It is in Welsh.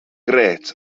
grêt